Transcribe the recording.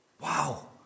wow